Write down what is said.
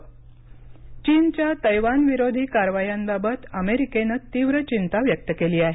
America Taiwan चीनच्या तैवानविरोधी कारवायांबाबत अमेरिकेनं तीव्र चिंता व्यक्त केली आहे